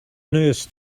nurse